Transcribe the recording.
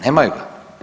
Nemaju ga.